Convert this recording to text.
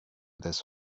this